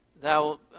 Thou